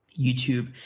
YouTube